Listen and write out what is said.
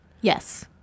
yes